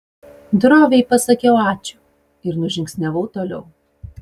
droviai pasakiau ačiū ir nužingsniavau toliau